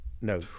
No